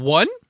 one